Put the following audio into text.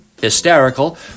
hysterical